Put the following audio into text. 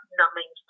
numbing